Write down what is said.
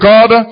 God